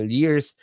years